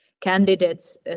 candidates